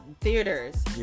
theaters